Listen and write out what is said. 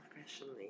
professionally